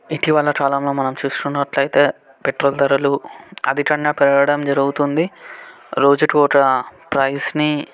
ఇటీవల కాలంలో మనం చూస్తున్నట్లయితే పెట్రోల్ ధరలు అధికంగా పెరగడం జరుగుతుంది రోజుకి ఒక ప్రైజ్ని